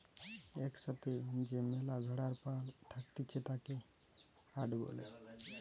এক সাথে যে ম্যালা ভেড়ার পাল থাকতিছে তাকে হার্ড বলে